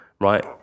right